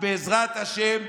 בעזרת השם,